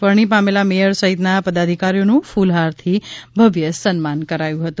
વરણી પામેલ મેયર સહિતનાં પદાધિકારીઓનું ફ્લહારથી ભવ્ય સન્માન કરાયું હતું